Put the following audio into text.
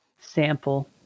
sample